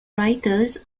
writers